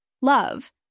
Love